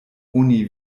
oni